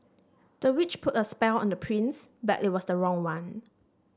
the witch put a spell on the prince but it was the wrong one